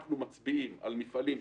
אנחנו מצביעים על מפעלים,